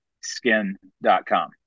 Skin.com